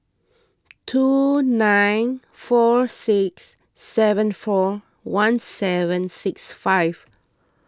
two nine four six seven four one seven six five